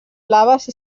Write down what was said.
blaves